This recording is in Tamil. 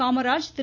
காமராஜ் திரு